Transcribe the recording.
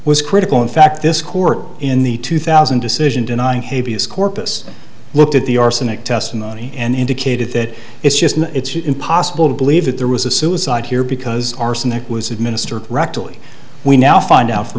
quit in fact this court in the two thousand decision denying habe use corpus looked at the arsenic testimony and indicated that it's just it's impossible to believe that there was a suicide here because arsenic was administered rectally we now find out f